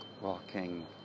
walking